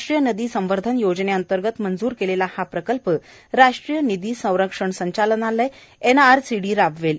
राष्ट्रीय नदी संवर्धन योजनेंतर्गत मंजूर केलेला हा प्रकल्प राष्ट्रीय नदी संरक्षण संचालनालय एनआरसीडी राबवेल